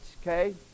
Okay